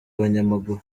abanyamaguru